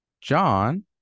John